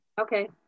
okay